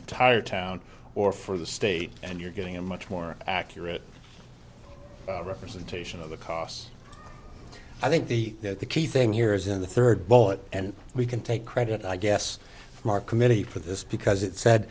entire town or for the state and you're getting a much more accurate representation of the costs i think the key thing here is in the third boat and we can take credit i guess from our committee for this because it sa